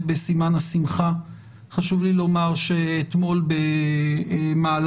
בסימן השמחה חשוב לי לומר שאתמול במהלך